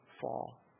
fall